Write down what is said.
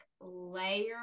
layer